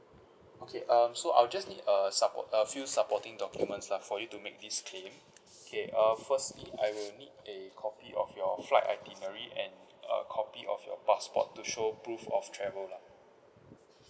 okay um so I'll just need a support a few supporting documents lah for you to make this claim okay uh firstly I will need a copy of your flight itinerary anf a copy of your passport to show proof of travel lah